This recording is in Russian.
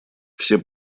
все